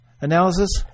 analysis